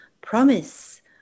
promise